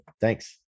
Thanks